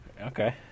Okay